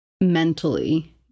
mentally